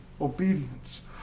obedience